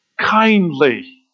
kindly